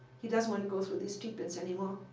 he doesn't want to go through these treatments anymore.